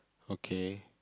okay